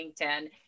LinkedIn